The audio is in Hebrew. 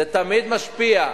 זה תמיד משפיע.